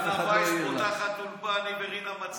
ואף אחד לא העיר לה.